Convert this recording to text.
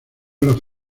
los